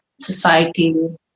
society